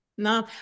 No